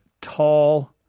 tall